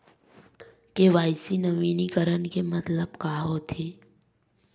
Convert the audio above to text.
KYC नवीनीकरण के मतलब का होथे?